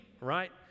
right